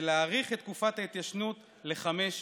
ולהאריך את תקופת ההתיישנות לחמש שנים.